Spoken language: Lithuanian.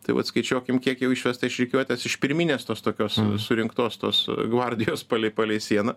tai vat skaičiuokim kiek jau išvesta iš rikiuotės iš pirminės tos tokios surinktos tos gvardijos palei palei sieną